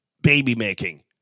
baby-making